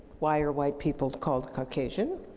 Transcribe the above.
why are white people called caucasian?